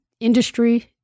Industry